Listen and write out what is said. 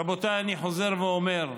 רבותיי, אני חוזר ואומר,